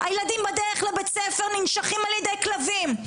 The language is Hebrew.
הילדים ננשכים על ידי כלבים בדרך לבית הספר.